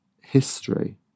history